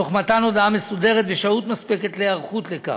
תוך מתן הודעה מסודרת ושהות מספקת להיערכות לכך.